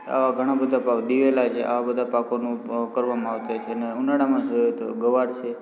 ઘણા બધા પાક દીવેલાં છે આવા બધા પાકોનું અ કરવામાં આવતું હોય છે અને ઉનાળામાં જોઈએ તો ગવાર છે